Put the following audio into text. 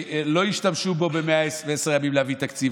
ולא ישתמשו בו ב-110 ימים להביא תקציב,